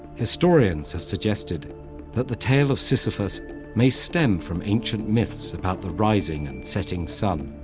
historians have suggested that the tale of sisyphus may stem from ancient myths about the rising and setting sun,